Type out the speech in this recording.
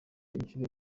inshuro